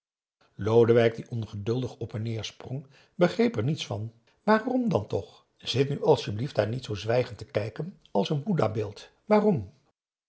lodewijk die ongeduldig op en neer sprong begreep er niets van waarom dan toch zit nu asjeblieft daar niet zoo zwijgend te kijken als een boedha beeld waarom